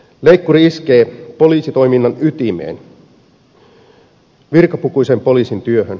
leikkuri iskee poliisitoiminnan ytimeen virkapukuisen poliisin työhön